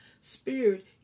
spirit